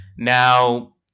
Now